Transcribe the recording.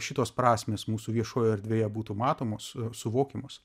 šitos prasmės mūsų viešojoje erdvėje būtų matomos suvokiamos